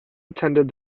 attended